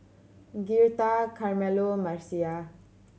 Girtha Carmelo Marcia